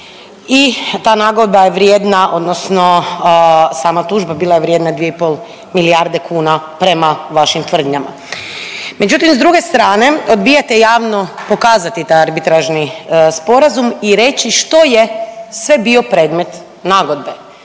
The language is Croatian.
I ta nagodba je vrijedna odnosno sama tužba bila je vrijedna 2,5 milijarde kuna prema vašim tvrdnjama. Međutim, s druge strane odbijate javno pokazati taj arbitražni sporazum i reći što je sve bio predmet nagodbe